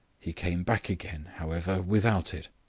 he came back again, however, without it,